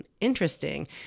interesting